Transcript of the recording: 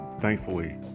Thankfully